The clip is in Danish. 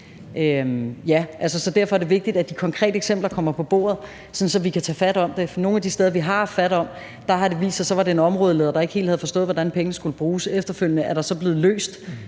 Derfor er det vigtigt, at de konkrete eksempler kommer på bordet, sådan at vi kan tage fat om det. For nogle af de steder, vi har haft fat i, har det vist sig, at det så var en områdeleder, der ikke helt havde forstået, hvordan pengene skulle bruges. Efterfølgende er det problem så blevet løst.